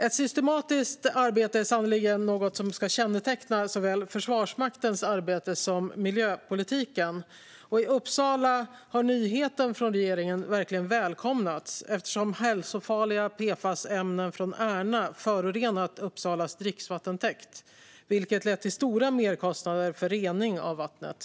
Ett systematiskt arbete är sannerligen något som ska känneteckna såväl Försvarsmaktens arbete som miljöpolitiken. I Uppsala har nyheten från regeringen verkligen välkomnats, eftersom hälsofarliga PFAS-ämnen från Ärna förorenat Uppsalas dricksvattentäkt, vilket lett till stora merkostnader för rening av vattnet.